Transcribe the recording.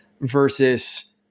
versus